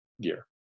gear